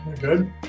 Good